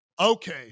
Okay